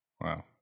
Wow